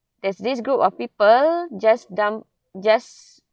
there's this group of people just dump just